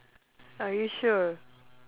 are you sure